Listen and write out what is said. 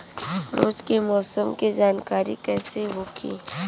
रोज के मौसम के जानकारी कइसे होखि?